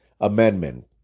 Amendment